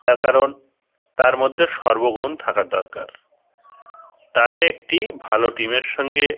তার কারণ তার মধ্যে সর্বগুণ থাকার দরকার তাহলে একটি ভালো টিমের সঙ্গে